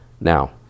Now